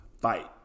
Fight